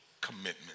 commitment